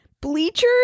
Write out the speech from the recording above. Bleachers